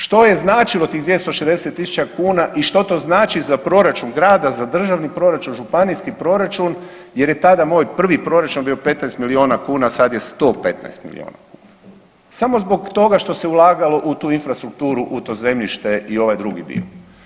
Što je značilo tih 260 tisuća kuna i što to znači za proračun grada, za državni proračun, županijski proračun jer je tada moj prvi proračun bio 15 miliona kuna, a sad je 115 miliona kuna samo zbog toga što se ulagalo u tu infrastrukturu, u to zemljište i ovaj drugi dio.